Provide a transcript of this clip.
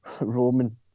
Roman